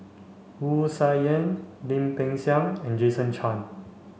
Wu Tsai Yen Lim Peng Siang and Jason Chan